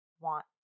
want